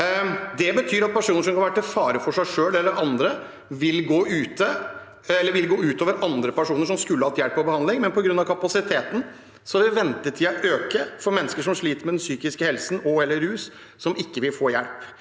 av personer som kan være til fare for seg selv eller andre, vil gå ut over andre personer som skulle hatt hjelp og behandling – på grunn av kapasiteten vil ventetiden øke for mennesker som sliter med den psykiske helsen og/eller rus, som ikke vil få hjelp.